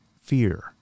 Fear